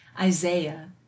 Isaiah